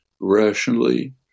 rationally